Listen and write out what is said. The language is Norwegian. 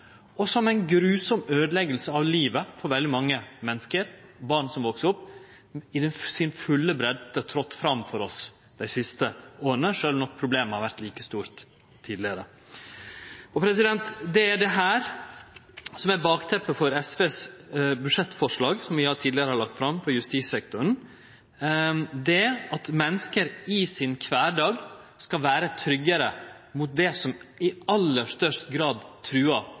og som ei grufull øydelegging av livet for veldig mange menneske, barn som veks opp, i si fulle breidde trådd fram for oss dei siste åra, sjølv om problemet har vore like stort tidlegare. Det er dette som er bakteppet for SVs budsjettforslag, som vi tidlegare har lagt fram for justissektoren, at menneske i kvardagen skal vere tryggare mot det som i aller størst grad